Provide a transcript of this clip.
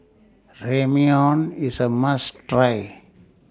Ramyeon IS A must Try